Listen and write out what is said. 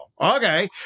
okay